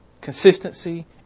consistency